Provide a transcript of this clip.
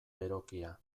berokia